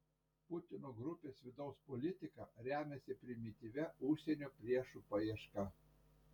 putino grupės vidaus politika remiasi primityvia užsienio priešų paieška